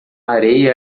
areia